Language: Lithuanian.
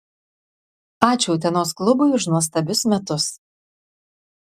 ačiū utenos klubui už nuostabius metus